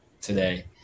today